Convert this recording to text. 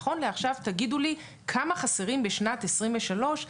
נכון לעכשיו תגידו לי כמה חסרים בשנת 23',